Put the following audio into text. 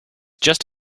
just